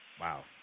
Wow